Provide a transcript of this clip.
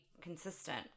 consistent